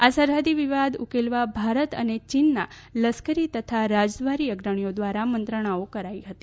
આ સરહદી વિવાદ ઉકેલવા ભારત અને ચીનના લશ્કરી તથા રાજદ્વારી અગ્રણીઓ દ્વારા મંત્રણાઓ કરાઈ રહી છે